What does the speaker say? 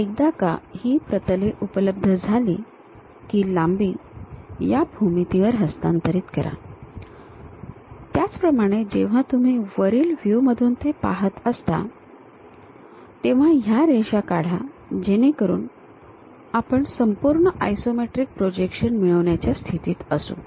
एकदा का ही प्रतले उपलब्ध झाली की लांबी या भूमितीवर हस्तांतरित करा त्याचप्रमाणे जेव्हा तुम्ही वरिल व्ह्यू मधून ते पहात असाल तेव्हा या रेषा काढा जेणेकरून आपण संपूर्ण आयसोमेट्रिक प्रोजेक्शन मिळवण्याच्या स्थितीत असू